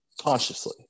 consciously